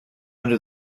under